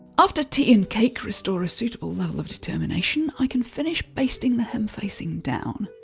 after tea and cake restore a suitable level of determination, i can finish basting the hem facing down.